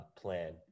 plan